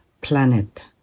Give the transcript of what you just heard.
planet